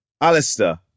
Alistair